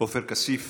עופר כסיף,